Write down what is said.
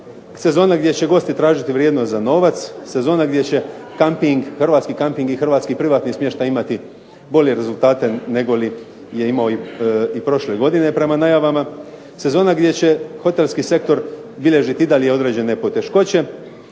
sezona gdje će gosti tražiti vrijednost za novac, sezona gdje će kamping, hrvatski kamping i hrvatski privatni smještaj imati bolje rezultate nego li je imao i prošle godine prema najavama. Sezona gdje će hotelski sektor bilježiti i dalje određene poteškoće